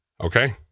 Okay